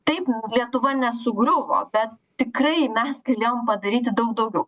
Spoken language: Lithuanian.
taip lietuva nesugriuvo bet tikrai mes galėjom padaryti daug daugiau